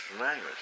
language